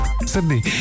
Sydney